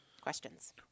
Questions